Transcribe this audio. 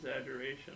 exaggeration